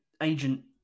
agent